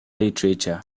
literature